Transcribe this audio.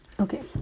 Okay